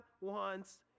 wants